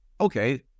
okay